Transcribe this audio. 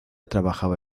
trabajaba